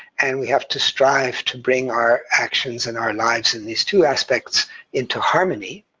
and we have to strive to bring our actions and our lives in these two aspects into harmony,